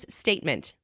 statement